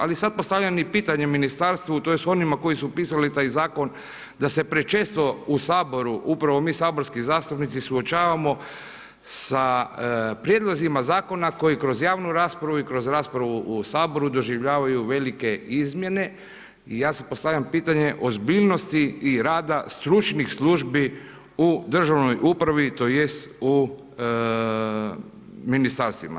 Ali sad postavljam i pitanje ministarstvu, tj. onima koji su pisali taj zakon da se prečesto u Saboru, upravo mi saborski zastupnici suočavamo sa prijedlozima zakona koji kroz javnu raspravu i kroz raspravu u Saboru doživljavaju velike izmjene i ja sad postavljam pitanje ozbiljnosti i rada stručnih službi u državnoj upravi, tj. u ministarstvima.